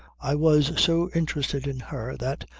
i was so interested in her that,